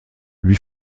lui